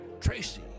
Tracy